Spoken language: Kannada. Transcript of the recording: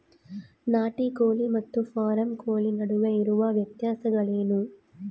ನಾಟಿ ಕೋಳಿ ಮತ್ತು ಫಾರಂ ಕೋಳಿ ನಡುವೆ ಇರುವ ವ್ಯತ್ಯಾಸಗಳೇನು?